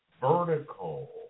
vertical